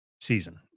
season